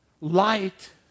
Light